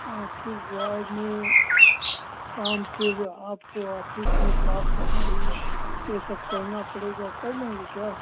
office boy में काम के जो ऑफिस में साफ सफाई ये सब करना पड़ेगा कर लेंगे क्या